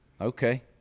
Okay